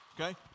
Okay